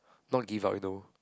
not give up you know